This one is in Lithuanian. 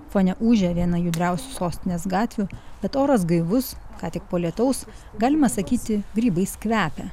fone ūžia vieną judriausių sostinės gatvių bet oras gaivus ką tik po lietaus galima sakyti grybais kvepia